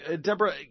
Deborah